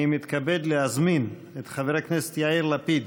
אני מתכבד להזמין את חבר הכנסת יאיר לפיד